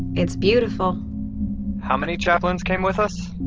it's beautiful how many chaplains came with us?